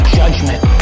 judgment